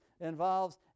involves